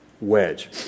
Wedge